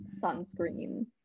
Sunscreen